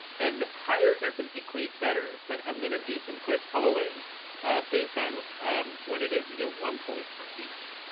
and higher doesn't equate better. but i'm going to do some quick polling based on what it is. you get one point for each.